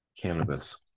cannabis